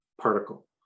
particle